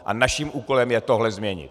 A naším úkolem je tohle změnit.